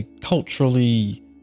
culturally